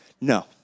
No